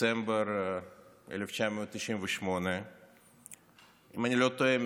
בדצמבר 1998. אם אני לא טועה,